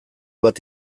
bat